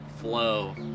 flow